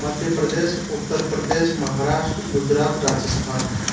Madhya Pradesh Uttar Pradesh Maharashtra Gujarat Rajasthan